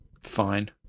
Fine